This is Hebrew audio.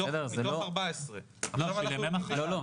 מתוך 14. לא,